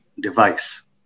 device